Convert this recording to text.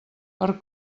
per